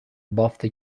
بافت